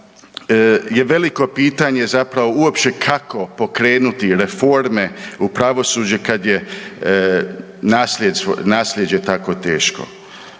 je veliko pitanje zapravo uopće kako pokrenuti reforme u pravosuđe kad je nasljeđe tako teško.